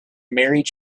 married